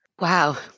Wow